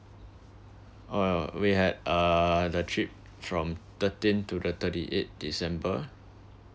oh we had uh the trip from thirteen to the thirty eight december